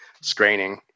screening